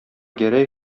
гәрәй